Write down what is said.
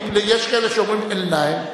כי יש כאלה שאומרים "אל-נעם",